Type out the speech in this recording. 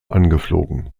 angeflogen